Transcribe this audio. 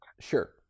Sure